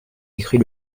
écrit